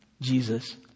Jesus